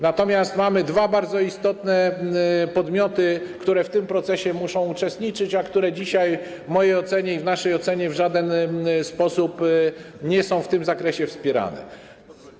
Natomiast mamy dwa bardzo istotne podmioty, które w tym procesie muszą uczestniczyć, a które dzisiaj w mojej ocenie, w naszej ocenie w żaden sposób nie są w tym zakresie wspierane.